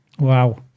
Wow